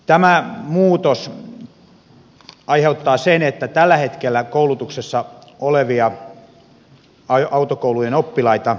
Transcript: tämä muutos voi aiheuttaa ongelmia tällä hetkellä koulutuksessa oleville autokoulujen oppilaita